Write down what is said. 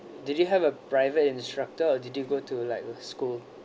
did you have a private instructor or did you go to like the school